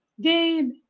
Gabe